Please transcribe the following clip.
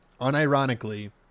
unironically